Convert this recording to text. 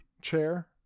chair